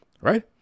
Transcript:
Right